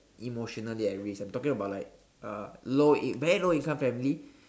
emotionally at risk I'm talking about like uh low in~ very low income family